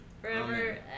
Forever